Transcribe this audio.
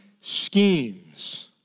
schemes